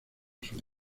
suyo